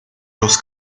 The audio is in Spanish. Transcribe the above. dos